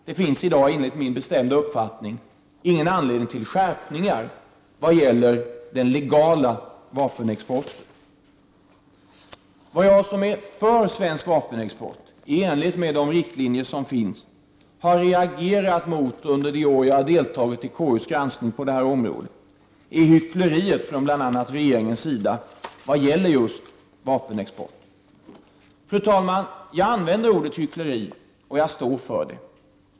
Det finns i dag enligt min bestämda uppfattning ingen anlending till skärpningar vad gäller den legala vapenexporten. Vad jag, som är för svensk vapenexport i enlighet med de riktlinjer som finns, har reagerat mot under de år jag har deltagit i KUs granskning, är hyckleriet från bl.a. regeringens sida vad gäller vapenexporten. Fru talman! Jag använder ordet hyckleri, och jag står för det.